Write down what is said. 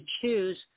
choose